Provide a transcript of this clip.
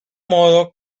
modo